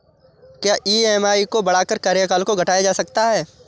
क्या ई.एम.आई को बढ़ाकर कार्यकाल को घटाया जा सकता है?